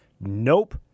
Nope